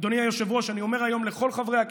אדוני היושב-ראש, אני אומר היום לכל חברי הכנסת,